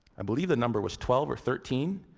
i believe the number was twelve or thirteen.